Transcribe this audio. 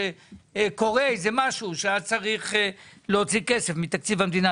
שקורה וצריך להוציא כסף מתקציב המדינה,